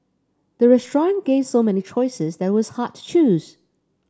the restaurant gave so many choices that it was hard to choose